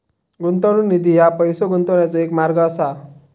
गुंतवणूक निधी ह्या पैसो गुंतवण्याचो एक मार्ग असा